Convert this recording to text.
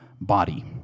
body